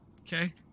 Okay